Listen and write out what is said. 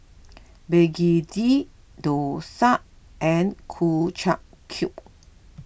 Begedil Dosa and Ku Chai Kuih